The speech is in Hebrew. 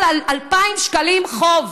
בגלל 2,000 שקלים חוב.